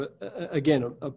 again